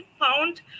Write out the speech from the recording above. found